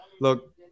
Look